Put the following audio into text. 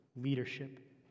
leadership